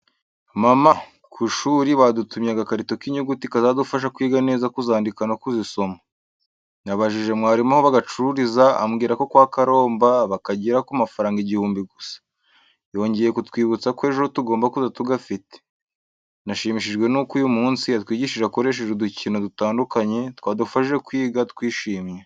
Mama! Ku ishuri badutumye agakarito k’inyuguti kazadufasha kwiga neza kuzandika no kuzisoma. Nabajije mwarimu aho bagacururiza, ambwira ko kwa Karomba bakagira ku mafaranga igihumbi gusa. Yongeye kutwibutsa ko ejo tugomba kuza tugafite. Nashimishijwe n’uko uyu munsi yatwigishije akoresheje udukino dutandukanye twadufashije kwiga twishimye.